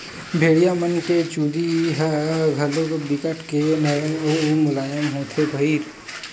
भेड़िया मन के चूदी ह घलोक बिकट के नरम अउ मुलायम होथे भईर